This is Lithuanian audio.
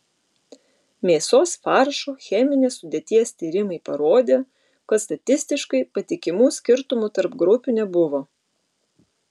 mėsos faršo cheminės sudėties tyrimai parodė kad statistiškai patikimų skirtumų tarp grupių nebuvo